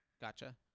Gotcha